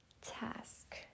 task